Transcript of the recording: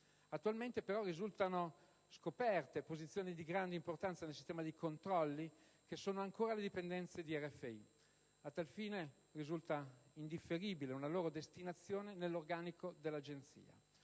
attualmente però risultano scoperte posizioni di grande importanza nel sistema dei controlli che ancora sono alle dipendenze di RFI. A tal fine risulta indifferibile una loro destinazione nell'organico dell'Agenzia.